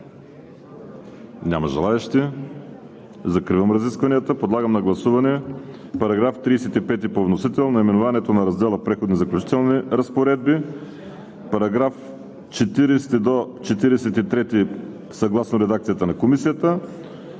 Няма желаещи. Закривам разискванията. Подлагам на гласуване § 35 по вносител, наименованието на раздела „Преходни и заключителни разпоредби“, от § 40 до § 43 съгласно редакцията на Комисията,